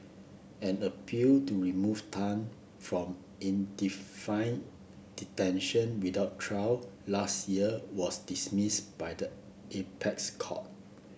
an appeal to remove Tan from detention without trial last year was dismissed by the apex court